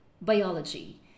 biology